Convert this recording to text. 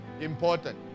important